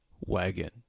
Wagon